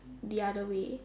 the other way